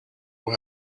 will